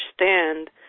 understand